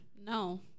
No